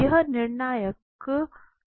यह निर्णायक शोध का हिस्सा है